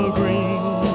green